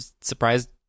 surprised